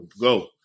go